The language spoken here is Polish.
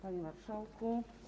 Panie Marszałku!